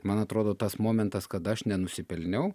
man atrodo tas momentas kad aš nenusipelniau